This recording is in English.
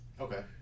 Okay